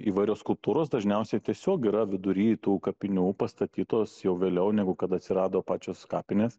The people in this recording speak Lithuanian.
įvairios skulptūros dažniausiai tiesiog yra vidury tų kapinių pastatytos jau vėliau negu kad atsirado pačios kapinės